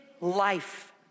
life